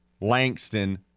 Langston